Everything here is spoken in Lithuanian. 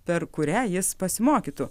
per kurią jis pasimokytų